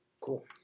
Cool